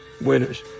winners